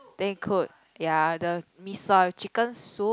they cook ya the mee sua with chicken soup